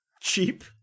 Cheap